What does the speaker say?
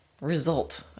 result